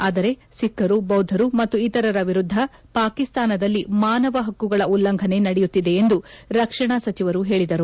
ಆದರೆ ಸಿಖ್ಲರು ಬೌದ್ದರು ಮತ್ತು ಇತರರ ವಿರುದ್ದ ಪಾಕಿಸ್ತಾನದಲ್ಲಿ ಮಾನವ ಹಕ್ಕುಗಳ ಉಲ್ಲಂಘನೆ ನಡೆಯುತ್ತಿದೆ ಎಂದು ರಕ್ಷಣಾ ಸಚಿವರು ಹೇಳಿದರು